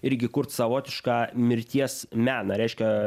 irgi kurti savotišką mirties meną reiškia